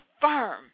firm